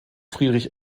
friedrich